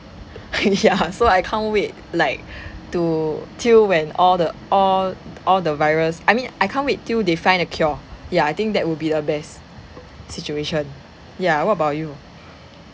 yeah so I can't wait like to till when all the all t~ all the virus I mean I can't wait till they find a cure ya I think that would be the best situation ya what about you